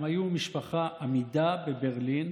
הם היו משפחה אמידה בברלין.